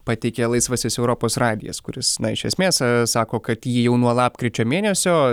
pateikė laisvasis europos radijas kuris na iš esmės sako kad ji jau nuo lapkričio mėnesio